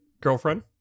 girlfriend